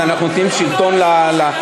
אז אנחנו נותנים שלטון לצעקות?